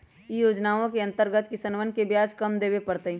ई योजनवा के अंतर्गत किसनवन के ब्याज कम देवे पड़ तय